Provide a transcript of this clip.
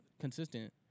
consistent